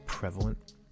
prevalent